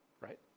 Right